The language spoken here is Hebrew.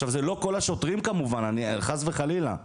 זה לא כל השוטרים כמובן, חס וחלילה,